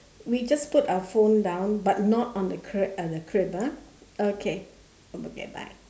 we just put our phone down but not on the crib the crib ah okay ya okay bye